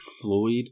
floyd